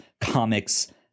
comics